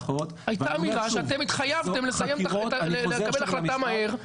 הייתה אמירה שאתם התחייבתם לקבל החלטה מהר.